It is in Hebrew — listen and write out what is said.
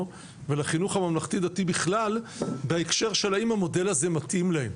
ולחינוך הממלכתי דתי בכלל בהקשר של האם המודל הזה מתאים להם,